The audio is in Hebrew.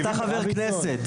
אתה חבר כנסת,